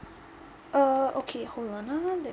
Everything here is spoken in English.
uh okay hold on ah let me